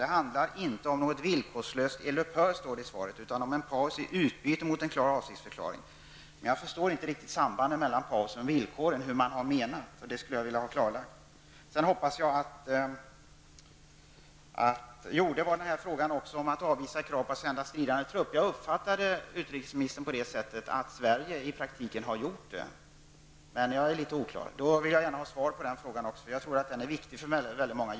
Det handlar inte om något villkorlöst eldupphör, står det i svaret, utan om en paus i utbyte mot en klar avsiktsförklaring. Men jag förstår inte riktigt sambandet mellan pausen och villkoret, och det skulle jag vilja ha klarlagt. I frågan om att avvisa krav på att sända stridande trupp uppfattade jag utrikesministern på det sättet att Sverige i praktiken har gjort det. Men jag vill gärna ha ett klart besked på den punkten också, för jag tror att detta är viktigt för väldigt många.